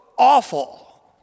Awful